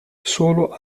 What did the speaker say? solo